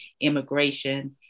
immigration